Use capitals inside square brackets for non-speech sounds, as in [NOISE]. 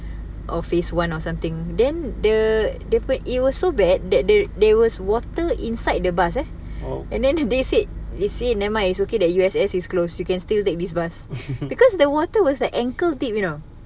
oh [LAUGHS]